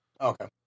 Okay